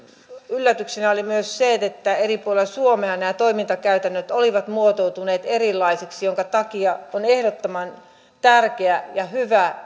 yllätyksenä oli myös se että eri puolilla suomea nämä toimintakäytännöt olivat muotoutuneet erilaisiksi sen takia on ehdottoman tärkeä ja hyvä